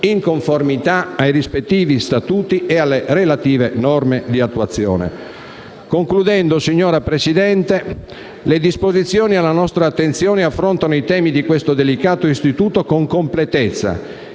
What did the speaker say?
in conformità ai rispettivi statuti e alle relative norme di attuazione. Concludendo, signora Presidente, le disposizioni alla nostra attenzione affrontano i temi di questo delicato istituto con completezza,